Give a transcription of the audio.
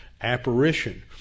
apparition